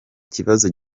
ikibazo